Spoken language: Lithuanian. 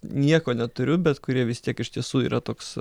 nieko neturiu bet kurie vis tiek iš tiesų yra toks